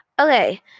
Okay